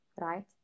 right